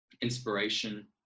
inspiration